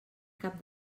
cap